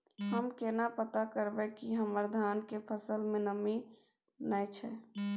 हम केना पता करब की हमर धान के फसल में नमी नय छै?